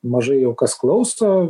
mažai jau kas klauso